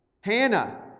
hannah